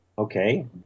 Okay